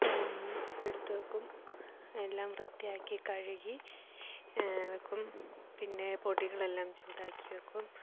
എടുത്തു വയ്ക്കും എല്ലാം വൃത്തിയാക്കി കഴുകി വയ്ക്കും പിന്നെ പൊടികളെല്ലാം ചൂടാക്കി വയ്ക്കും